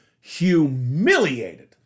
humiliated